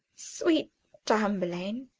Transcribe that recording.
sweet tamburlaine,